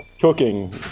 cooking